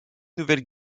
nouvelle